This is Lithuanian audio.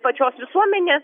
pačios visuomenės